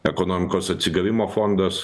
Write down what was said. ekonomikos atsigavimo fondas